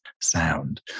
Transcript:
sound